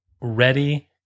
ready